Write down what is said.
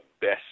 best